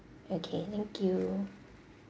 okay thank you